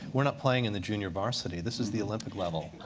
we're not playing in the junior varsity. this is the olympic level.